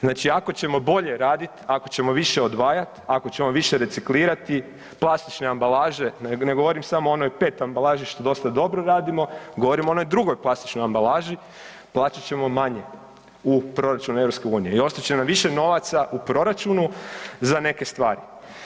Znači, ako ćemo bolje radit, ako ćemo više odvajat, ako ćemo više reciklirati plastične ambalaže, ne govorim samo o onoj PET ambalaži što dosta dobro radimo, govorim o onoj drugoj plastičnoj ambalaži, platit ćemo manje u proračun EU i ostat će nam više novaca u proračunu za neke stvari.